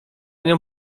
nią